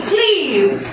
Please